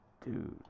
Dude